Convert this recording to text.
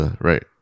right